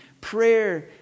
Prayer